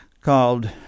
called